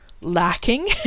lacking